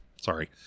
sorry